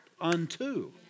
unto